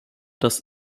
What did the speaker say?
das